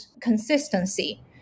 consistency